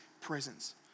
presence